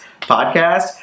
podcast